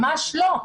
ממש לא.